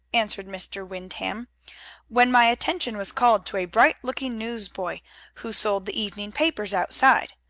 answered mr. windham, when my attention was called to a bright-looking newsboy who sold the evening papers outside.